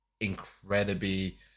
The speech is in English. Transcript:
incredibly